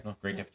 great